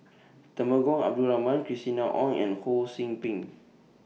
Temenggong Abdul Rahman Christina Ong and Ho SOU Ping